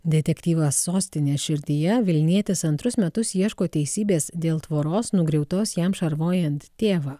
detektyvas sostinės širdyje vilnietis antrus metus ieško teisybės dėl tvoros nugriautos jam šarvojant tėvą